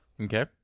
Okay